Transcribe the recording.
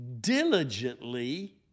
diligently